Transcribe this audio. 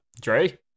Dre